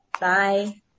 Bye